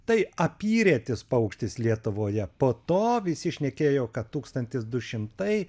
tai apyretis paukštis lietuvoje po to visi šnekėjo kad tūkstantis du šimtai